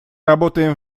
работаем